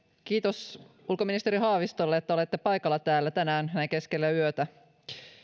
kiitos ulkoministeri haavistolle että olette paikalla täällä tänään näin keskellä yötä